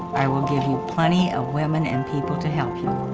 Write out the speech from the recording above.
i will give you plenty of women and people to help you.